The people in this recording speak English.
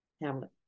Hamlet